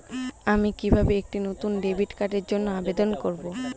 আমি কিভাবে একটি নতুন ডেবিট কার্ডের জন্য আবেদন করব?